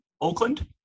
Oakland